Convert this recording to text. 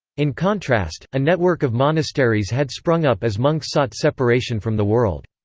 in contrast, a network of monasteries had sprung up as monks sought separation from the world.